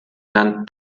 land